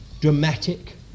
dramatic